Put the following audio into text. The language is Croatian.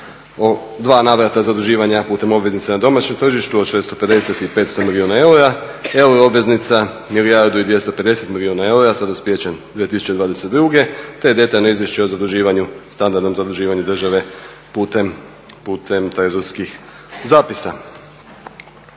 dva navrata zaduživanja putem obveznica na domaćem tržištu, od 650 i 500 milijuna eura, euroobveznica milijardu i 250 milijuna eura sa dospijećem 2022., te detaljno izvješće o zaduživanju, standardnom zaduživanju države putem trezorskih zapisa.